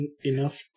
Enough